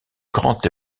grand